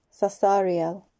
Sasariel